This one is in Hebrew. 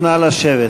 נא לשבת.